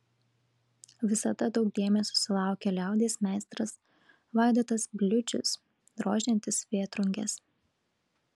visada daug dėmesio sulaukia liaudies meistras vaidotas bliūdžius drožiantis vėtrunges